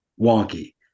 wonky